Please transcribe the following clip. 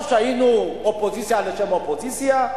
או שהיינו אופוזיציה לשם אופוזיציה,